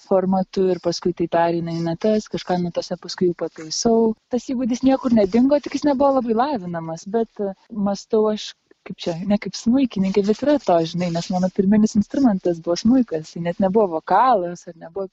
formatu ir paskui tai pereina į natas kažką natose paskui pataisau tas įgūdis niekur nedingo tik jis nebuvo labai lavinamas bet mąstau aš kaip čia ne kaip smuikininkai bet yra to žinai nes mano pirminis instrumentas buvo smuikas net nebuvo vokalas ar nebuvo